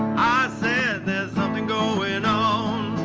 said there's something going on.